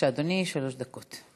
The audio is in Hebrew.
בבקשה, אדוני, שלוש דקות.